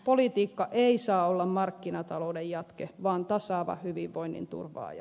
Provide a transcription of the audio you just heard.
politiikka ei saa olla markkinatalouden jatke vaan tasaava hyvinvoinnin turvaaja